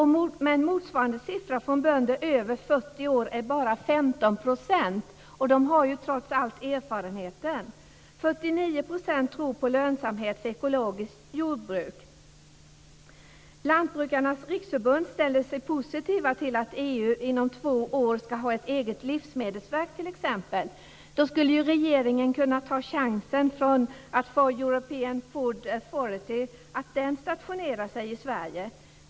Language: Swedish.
Men motsvarande siffra för bönder över 40 år är bara 15 %, och de har ju trots allt erfarenheten. 49 % tror på lönsamhet för ekologiskt jordbruk. Lantbrukarnas Riksförbund ställer sig positivt till att EU inom två år ska ha ett eget livsmedelsverk, t.ex. Då skulle regeringen kunna ta chansen och försöka få European Food Authority att stationeras i Sverige.